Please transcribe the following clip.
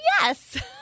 Yes